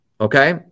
okay